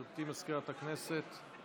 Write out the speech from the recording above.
גברתי מזכירת הכנסת.